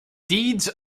deeds